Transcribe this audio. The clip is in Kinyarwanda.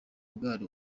bwari